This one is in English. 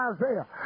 Isaiah